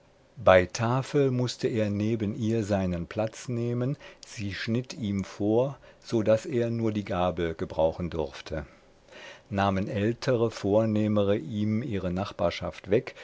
bei tafel mußte er neben ihr seinen platz nehmen sie schnitt ihm vor so daß er nur die gabel gebrauchen durfte nahmen ältere vornehmere ihm ihre nachbarschaft weg